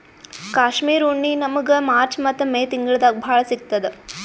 ಕಾಶ್ಮೀರ್ ಉಣ್ಣಿ ನಮ್ಮಗ್ ಮಾರ್ಚ್ ಮತ್ತ್ ಮೇ ತಿಂಗಳ್ದಾಗ್ ಭಾಳ್ ಸಿಗತ್ತದ್